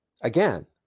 again